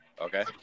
Okay